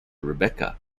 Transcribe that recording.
rebecca